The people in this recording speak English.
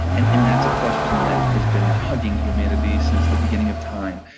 and and that's a question that has been dogging humanity since the beginning of time.